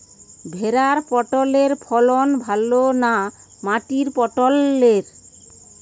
ভেরার পটলের ফলন ভালো না মাটির পটলের?